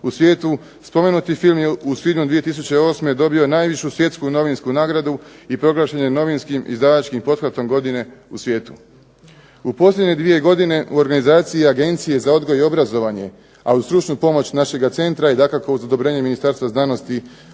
u svijetu spomenuti film je u svibnju 2008. dobio najvišu svjetsku novinsku nagradu i proglašen je novinskim izdavačkim pothvatom godine u svijetu. U posljednje 2 godine u organizaciji Agencije za odgoj i obrazovanje, a uz stručnu pomoć našega centra i dakako uz odobrenje Ministarstva znanosti,